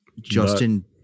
Justin